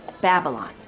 Babylon